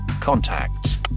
contacts